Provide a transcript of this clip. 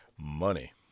money